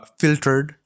filtered